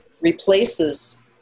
replaces